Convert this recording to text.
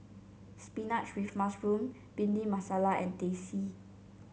spinach with mushroom Bhindi Masala and Teh C